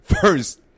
first